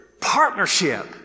Partnership